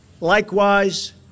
likewise